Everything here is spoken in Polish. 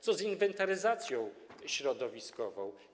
Co z inwentaryzacją środowiskową?